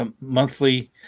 monthly